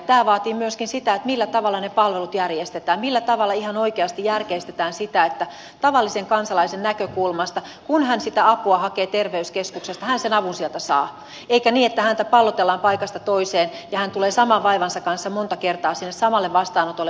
tämä vaatii myöskin sitä millä tavalla ne palvelut järjestetään millä tavalla ihan oikeasti järkeistetään tavallisen kansalaisen näkökulmasta sitä että kun hän hakee apua terveyskeskuksesta hän sen avun sieltä saa eikä käy niin että häntä pallotellaan paikasta toiseen ja hän tulee saman vaivansa kanssa monta kertaa samalle vastaanotolle odottamaan